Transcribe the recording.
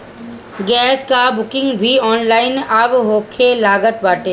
gas कअ booking भी online अब होखे लागल बाटे